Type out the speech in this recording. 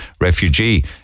refugee